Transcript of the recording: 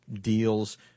deals